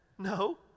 No